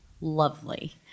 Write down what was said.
lovely